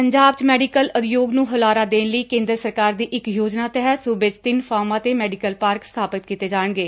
ਪੰਜਾਬ 'ਚ ਮੈਡੀਕਲ ੳਦਯੋਗ ਨੰ ਹਲਾਰਾ ਦੇਣ ਲਈ ਕੇਂਦਰ ਸਰਕਾਰ ਦੀ ਇਕ ਯੋਜਨਾ ਤਹਿਤ ਸੂਬੇ 'ਚ ਤਿੰਨ ਫਾਰਮਾਂ ਤੇ ਮੈਡੀਕਲ ਪਾਰਕ ਸਬਾਪਿਤ ਕੀਤੇ ਜਾਣਗੇ